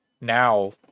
now